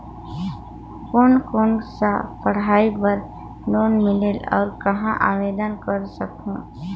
कोन कोन सा पढ़ाई बर लोन मिलेल और कहाँ आवेदन कर सकहुं?